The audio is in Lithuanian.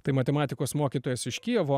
tai matematikos mokytojas iš kijevo